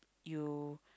you